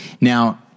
Now